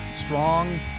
Strong